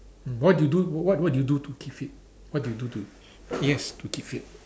what do you do what what do you do to keep fit what do you do to yes to keep fit